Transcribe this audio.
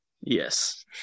Yes